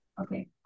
Okay